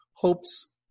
hopes